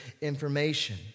information